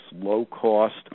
low-cost